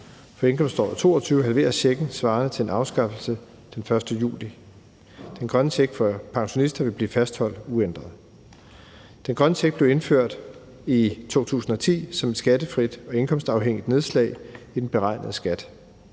For indkomståret 2022 halveres checken svarende til en afskaffelse den 1. juli. Den grønne check for pensionister vil blive fastholdt uændret. Den grønne check blev indført i 2010 som et skattefrit og indkomstafhængigt nedslag i den beregnede skat.